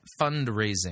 fundraising